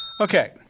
Okay